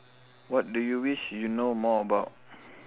what do you wish you know more about